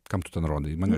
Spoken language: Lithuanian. kam tu ten rodai į mane